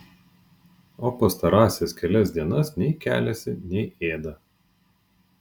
o pastarąsias kelias dienas nei keliasi nei ėda